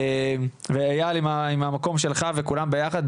ואיל עם המקום שלך, וכולם ביחד.